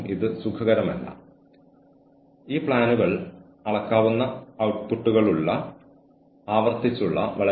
അപ്പോൾ അഭികാമ്യമല്ലാത്ത പെരുമാറ്റത്തിൽ ഏർപ്പെടാനുള്ള അവരുടെ സാധ്യത ഗണ്യമായി കുറയുന്നു